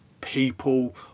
people